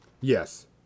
Yes